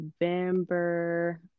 November